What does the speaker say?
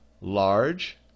large